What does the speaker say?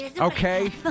Okay